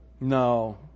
No